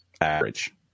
average